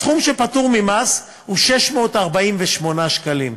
הסכום שפטור ממס הוא 648 שקלים.